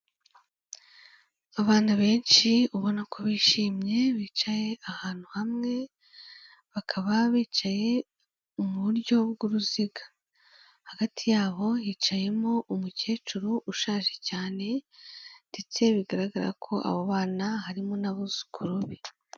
Abantu benshi ubona ko bishimye bicaye ahantu hamwe bakaba bicaye mu buryo bw'uruziga, hagati yabo hicayemo umukecuru ushaje cyane ndetse bigaragara ko abo bana harimo n'abuzukuru be.